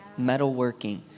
metalworking